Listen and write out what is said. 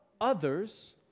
others